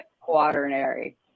quaternary